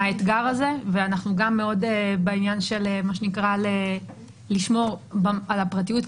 האתגר הזה ואנחנו גם מאוד בעניין לשמור על הפרטיות,